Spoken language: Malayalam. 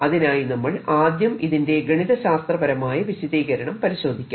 അതിനായി നമ്മൾ ആദ്യം ഇതിന്റെ ഗണിത ശാസ്ത്രപരമായ വിശദീകരണം പരിശോധിക്കാം